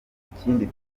ikindi